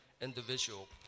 individual